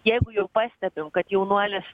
jeigu jau pastebim kad jaunuolis